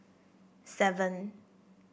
seven